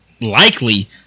likely